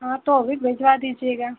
हाँ तो वो भी भिजवा दीजिएगा